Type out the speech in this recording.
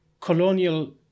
colonial